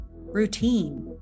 routine